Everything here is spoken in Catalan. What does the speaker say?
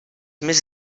més